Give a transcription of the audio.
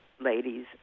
ladies